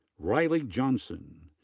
riley johnson.